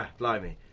ah blimey.